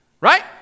right